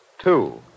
Two